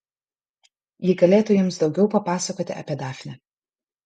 ji galėtų jums daugiau papasakoti apie dafnę